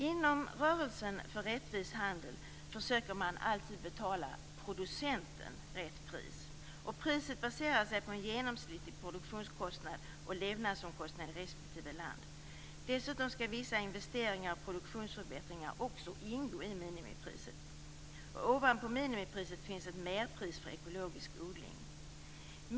Inom rörelsen för rättvis handel försöker man alltid betala producenten rätt pris. Priset baserar sig på en genomsnittlig produktionskostnad och levnadsomkostnad i respektive land. Dessutom skall vissa investeringar och produktionsförbättringar ingå i minimipriset. Ovanpå minimipriset finns ett merpris för ekologisk odling.